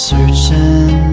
Searching